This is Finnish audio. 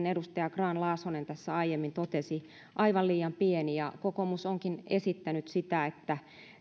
edustaja grahn laasonen tässä aiemmin totesi määräraha on aivan liian pieni ja kokoomus onkin esittänyt sitä että